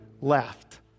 left